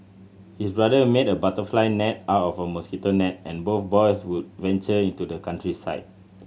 his brother made a butterfly net out of mosquito net and both boys would venture into the countryside